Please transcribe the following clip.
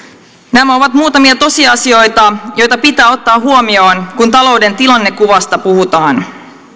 nämä ovat muutamia tosiasioita jotka pitää ottaa huomioon kun talouden tilannekuvasta puhutaan